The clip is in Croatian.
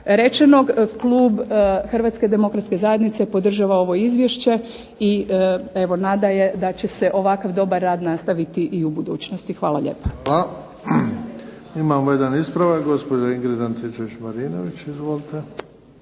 rečenog klub Hrvatske demokratske zajednice podržava ovo izvješće i evo nada je da će se ovakav dobar rad nastaviti i u budućnosti. Hvala lijepa.